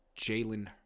Jalen